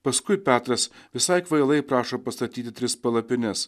paskui petras visai kvailai prašo pastatyti tris palapines